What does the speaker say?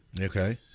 Okay